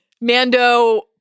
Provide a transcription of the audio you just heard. Mando